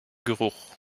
geruch